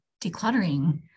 decluttering